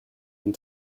and